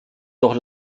doch